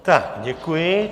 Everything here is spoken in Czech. Tak děkuji.